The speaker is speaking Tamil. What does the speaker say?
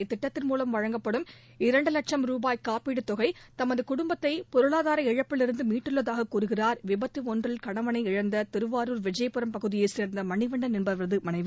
இத்திட்டத்தின் மூலம் வழங்கப்படும் இரண்டுலட்சம் ரூபாய் தொகை தமதுகுடும்பத்தைபொருளாதார இழப்பிலிருந்துமீட்டுள்ளதாககூறுகிறார் விபத்துஒன்றில் கணவனை இழந்ததிருவாரூர் விஜயபுரம் பகுதியைச் சேர்ந்தமணிவண்ணன் என்பவரதுமனைவி